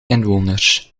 inwoners